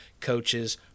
coaches